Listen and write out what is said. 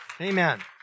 Amen